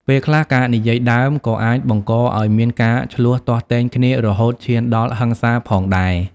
ពេលខ្លះ ការនិយាយដើមក៏អាចបង្កឲ្យមានការឈ្លោះទាស់ទែងគ្នារហូតឈានដល់ហិង្សាផងដែរ។